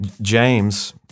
James